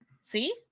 See